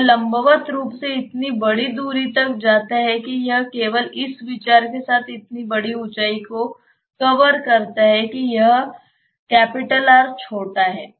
यह लंबवत रूप से इतनी बड़ी दूरी तक जाता है कि यह केवल इस विचार के साथ इतनी बड़ी ऊंचाई को कवर करता है कि यह R छोटा है